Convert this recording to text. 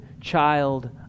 child